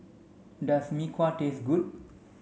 does Mee Kuah taste good